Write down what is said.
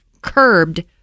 curbed